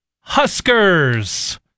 Huskers